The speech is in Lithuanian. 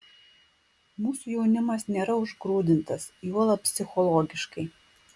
mūsų jaunimas nėra užgrūdintas juolab psichologiškai